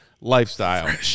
lifestyle